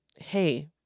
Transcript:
Hey